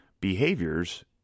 behaviors